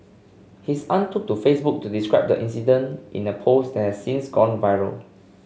his aunt took to Facebook to describe the incident in a post has since gone viral